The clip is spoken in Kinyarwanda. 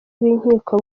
b’inkiko